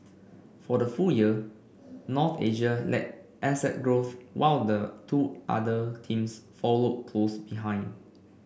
for the full year North Asia led asset growth while the two other teams followed close behind